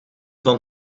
van